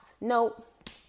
Nope